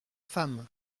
femme